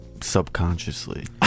Subconsciously